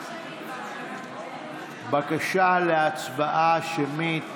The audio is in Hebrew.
יש בקשה של סיעת הליכוד להצבעה שמית.